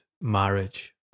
marriage